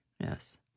Yes